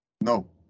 No